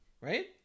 Right